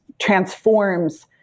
transforms